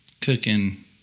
cooking